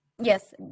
Yes